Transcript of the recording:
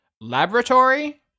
laboratory